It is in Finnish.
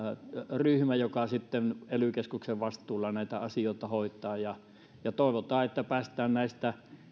ryhmä joka sitten ely keskuksen vastuulla näitä asioita hoitaa toivotaan että päästäisiin näistä